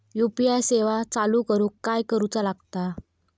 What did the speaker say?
UPI सेवा चालू करूक काय करूचा लागता?